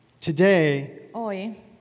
Today